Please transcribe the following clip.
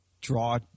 draw